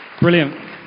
Brilliant